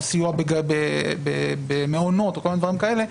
סיוע במעונות או כל מיני דברים כאלה,